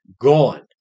gone